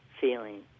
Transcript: feeling